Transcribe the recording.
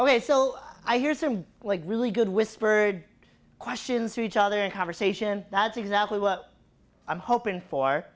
ways so i hears from like really good whispered questions to each other in conversation that's exactly what i'm hoping for